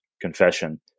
confession